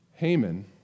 Haman